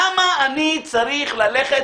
למה אני צריך ללכת